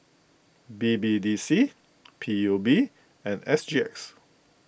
B B D C P U B and S G X